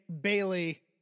Bailey